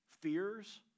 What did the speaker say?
fears